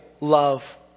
love